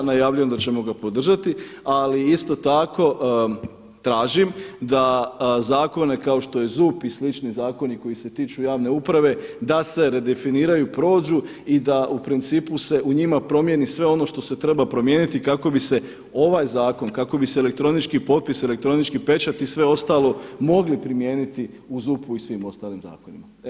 Najavljujem da ćemo ga podržati, ali isto tako tražim da zakone kao što je ZUP i slični zakoni koji se tiču javne uprave da se redefiniraju, prođu i da u principu se u njima promijeni sve ono što se treba promijeniti kako bi se ovaj zakon, kako bi se elektronički potpis, elektronički pečat i sve ostalo mogli primijeniti u ZUP-u i svim ostalim zakonima.